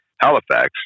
Halifax